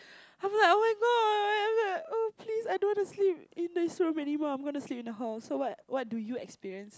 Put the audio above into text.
I'm like oh-my-God I'm like oh please I don't want to sleep in this room anymore I'm gonna sleep in the hall so what what do you experience